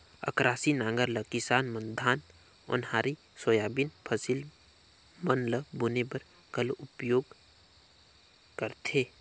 अकरासी नांगर ल किसान मन धान, ओन्हारी, सोयाबीन फसिल मन ल बुने बर घलो उपियोग करथे